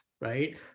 right